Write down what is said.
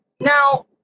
Now